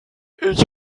ich